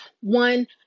One